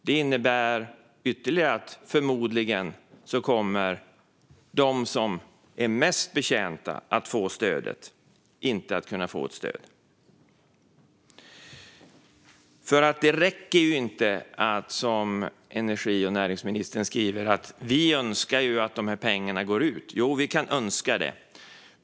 Det innebär förmodligen också att de som vore mest betjänta av att få stödet inte kommer att kunna få det. Det räcker inte att, som energi och näringsministern säger, önska att pengarna går ut. Jo, vi kan önska det.